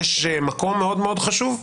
יש מקום מאוד מאוד חשוב.